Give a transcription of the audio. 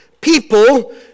people